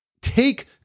take